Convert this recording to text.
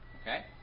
Okay